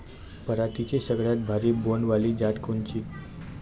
पराटीची सगळ्यात भारी बोंड वाली जात कोनची?